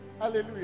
hallelujah